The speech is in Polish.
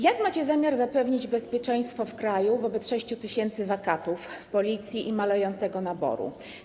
Jak macie zamiar zapewnić bezpieczeństwo w kraju wobec 6 tys. wakatów w Policji i malejącego naboru?